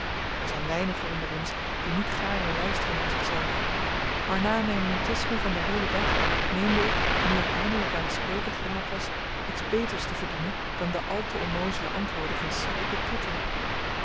stem er zyn weinigen onder ons die niet gaarne luisteren naar zichzelf maar na myn mutisme van den heelen dag meende ik nu ik eindelyk aan t spreken geraakt was iets beters te verdienen dan de al te onnoozele antwoorden van